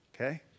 Okay